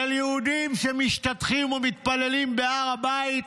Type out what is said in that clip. של יהודים שמשתטחים ומתפללים בהר הבית,